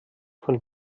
von